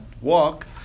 walk